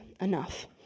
Enough